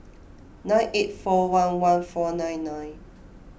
nine eight four one one four nine nine